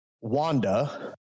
Wanda